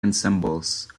ensembles